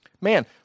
Man